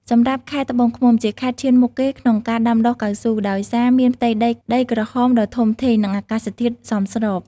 សម្រាប់ខេត្តត្បូងឃ្មុំ ជាខេត្តឈានមុខគេក្នុងការដាំដុះកៅស៊ូ ដោយសារមានផ្ទៃដីដីក្រហមដ៏ធំធេង និងអាកាសធាតុសមស្រប។